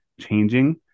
changing